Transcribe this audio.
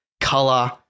color